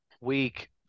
week